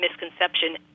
misconception